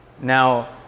now